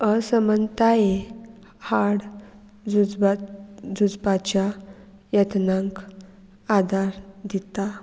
असमनताये हाड झुज झुजपाच्या यत्नांक आदार दिता